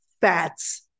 fats